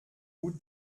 gut